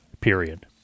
period